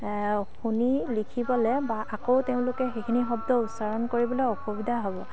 শুনি লিখিবলৈ বা আকৌ তেওঁলোকে সেইখিনি শব্দ উচ্চাৰণ কৰিবলৈ অসুবিধা হ'ব